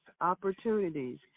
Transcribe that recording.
opportunities